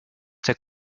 der